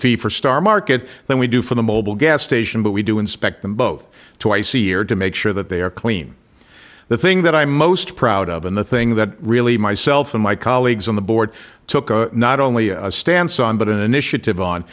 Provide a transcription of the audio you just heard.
fee for star market than we do for the mobil gas station but we do inspect them both twice a year to make sure that they are clean the thing that i'm most proud of and the thing that really myself and my colleagues on the board took a not only a stance on but an initia